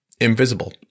invisible